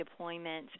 deployments